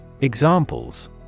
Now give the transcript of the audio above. Examples